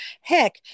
Heck